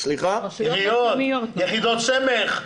יחידות סמך.